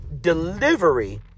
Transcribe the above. delivery